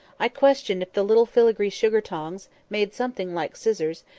i question if the little filigree sugar-tongs, made something like scissors,